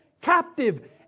captive